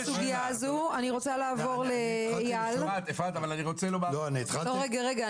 אני רוצה לעבור לאייל -- רגע,